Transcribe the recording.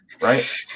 right